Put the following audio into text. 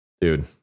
dude